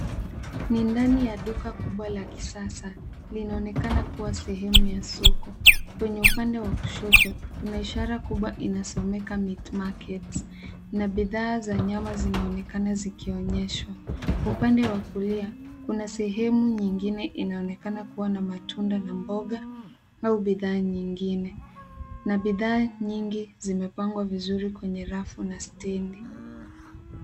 Ni ndani ya duka kubwa la kisasa. Linaonekana kuwa shemu ya soko. Kwenye upande wa kushoto, kuna ishara kubwa inasomeka meat market na bidhaa za nyama zinaonekana zikionyeshwa. Upande wa kulia, kuna sehemu nyingine inaonekana kuwa na matunda na mboga au bidhaa nyingine na bidhaa nyingi zimepangwa vizuri kwenye rafu na stendi.